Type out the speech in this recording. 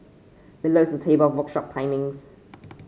below is a table of workshop timings